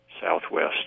Southwest